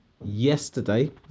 yesterday